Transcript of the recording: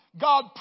God